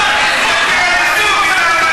טוב, תודה,